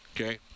Okay